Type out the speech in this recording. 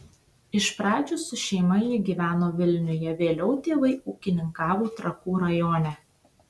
iš pradžių su šeima ji gyveno vilniuje vėliau tėvai ūkininkavo trakų rajone